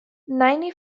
ninety